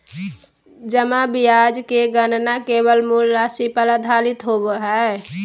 जमा ब्याज के गणना केवल मूल राशि पर आधारित होबो हइ